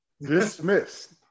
Dismissed